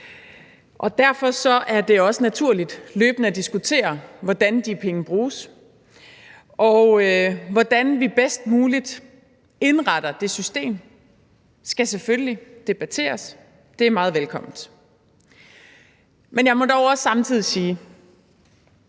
og derfor er det også naturligt løbende at diskutere, hvordan de penge bruges. Og hvordan vi bedst muligt indretter det system, skal selvfølgelig debatteres. Det er meget velkomment. Men jeg må dog også samtidig sige